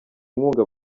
inkunga